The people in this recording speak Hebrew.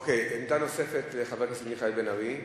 אוקיי, עמדה נוספת לחבר הכנסת מיכאל בן-ארי,